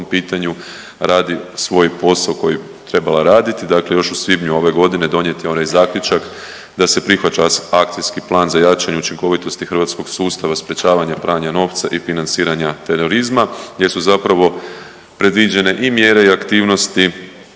radi svoj posao koji bi trebala raditi. Dakle, još u svibnju ove godine donijet je onaj Zaključak da se prihvaća Akcijski plan za jačanje učinkovitosti hrvatskog sustava sprječavanja pranja novca i financiranja terorizma, gdje su zapravo predviđene i mjere i aktivnosti